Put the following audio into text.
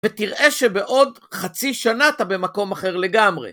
ותראה שבעוד חצי שנה אתה במקום אחר לגמרי.